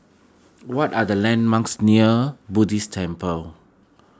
what are the landmarks near Buddhist Temple